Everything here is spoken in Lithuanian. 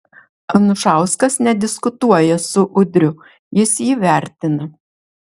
anušauskas nediskutuoja su udriu jis jį vertina